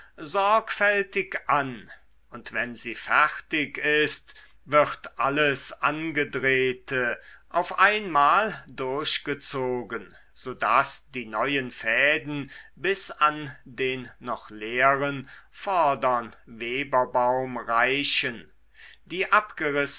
sorgfältig an und wenn sie fertig ist wird alles angedrehte auf einmal durchgezogen so daß die neuen fäden bis an den noch leeren vordern weberbaum reichen die abgerissenen